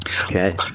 Okay